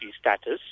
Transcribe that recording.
status